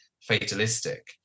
fatalistic